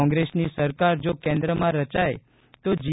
કોંગ્રેસની સરકાર જો કેન્દ્રમાં રચાય તો જી